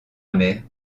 amer